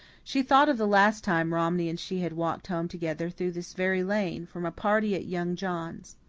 she thought of the last time romney and she had walked home together through this very lane, from a party at young john's.